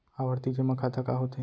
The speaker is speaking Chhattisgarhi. आवर्ती जेमा खाता का होथे?